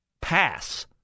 pass